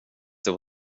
till